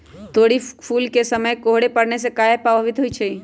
तोरी फुल के समय कोहर पड़ने से काहे पभवित होई छई?